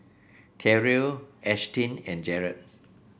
Terrill Ashtyn and Jaret